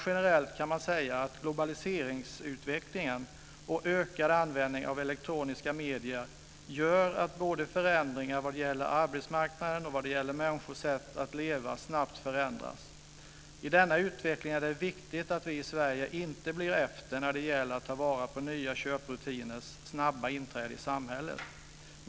Generellt kan man dock säga att globaliseringsutvecklingen och ökad användning av elektroniska medier leder till att både arbetsmarknaden och människors sätt att leva snabbt förändras. I denna utveckling är det viktigt att vi i Sverige inte blir efter när det gäller att ta vara på nya och snabbt inträdande köprutiner i samhället.